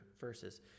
verses